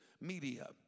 media